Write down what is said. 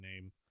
name